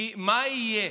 היא מה יהיה.